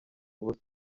ubusa